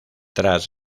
tras